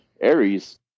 Aries